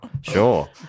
sure